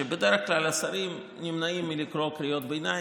שבדרך כלל השרים נמנעים מלקרוא קריאות ביניים,